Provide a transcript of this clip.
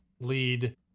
lead